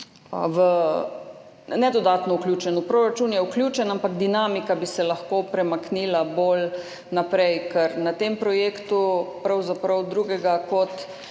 – ne dodatno vključen, v proračun je vključen, ampak dinamika bi se lahko premaknila bolj naprej. Ker na tem projektu nam drugega kot